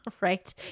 right